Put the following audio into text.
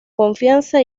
confianza